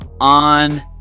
on